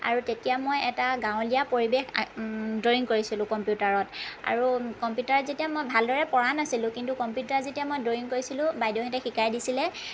আৰু তেতিয়া মই এটা গাঁৱলীয়া পৰিৱেশ ড্ৰ'য়িঙ কৰিছিলোঁ কম্পিউটাৰত আৰু কম্পিউটাৰত যেতিয়া মই ভালদৰে পৰা নাছিলো কিন্তু কম্পিউটাৰ যেতিয়া মই ড্ৰ'য়িঙ কৰিছিলো বাইদেউহঁতে শিকাই দিছিলে